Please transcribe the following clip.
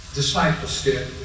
discipleship